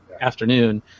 afternoon